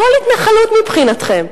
הכול התנחלות מבחינתכם.